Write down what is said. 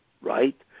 right